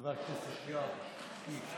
--- חבר הכנסת יואב קיש,